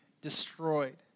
destroyed